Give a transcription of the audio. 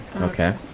Okay